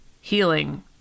healing